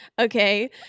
okay